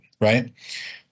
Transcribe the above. right